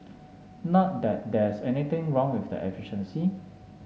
not that there's anything wrong with the efficiency